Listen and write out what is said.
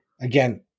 Again